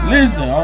Listen